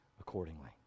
accordingly